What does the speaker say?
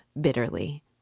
bitterly